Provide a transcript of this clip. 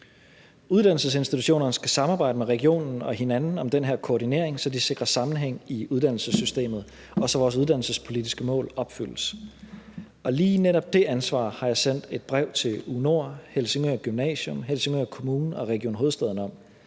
Uddannelsesinstitutionerne skal samarbejde med regionen og hinanden om den her koordinering, så de sikrer sammenhæng i uddannelsessystemet, og så vores uddannelsespolitiske mål opfyldes, og lige netop det ansvar har jeg sendt et brev til U/NORD, Helsingør Gymnasium, Helsingør Kommune og Regionen Hovedstaden om.